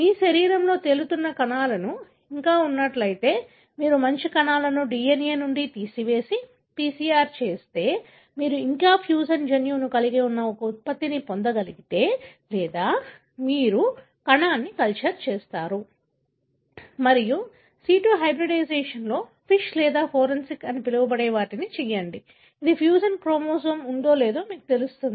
మీ శరీరంలో తేలుతున్న కణాలు ఇంకా ఉన్నట్లయితే మీరు మంచి కణాల నుండి DNA ను తీసివేసి PCR చేస్తే మీరు ఇంకా ఫ్యూజన్ జన్యువును కలిగి ఉన్న ఒక ఉత్పత్తిని పొందగలిగితే లేదా మీరు కణాన్ని కల్చర్ చేస్తారు మరియు సిటు హైబ్రిడైజేషన్లో ఫిష్ లేదా ఫ్లోరోసెన్స్ అని పిలవబడే వాటిని చేయండి ఇది ఫ్యూజన్ క్రోమోజోమ్ ఉందో లేదో మీకు తెలియజేస్తుంది